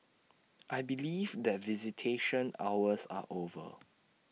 I believe that visitation hours are over